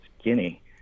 skinny